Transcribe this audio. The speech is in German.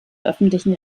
öffentlichen